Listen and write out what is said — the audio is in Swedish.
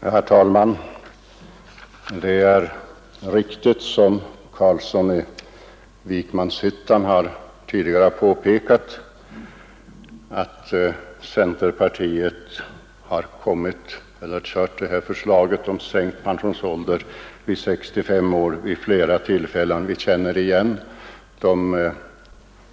Herr talman! Det är, som herr Carlsson i Vikmanshyttan tidigare har påpekat, riktigt att centerpartiet har kört med förslaget om en till 60 år sänkt pensionsålder vid flera tillfällen. Vi känner igen det från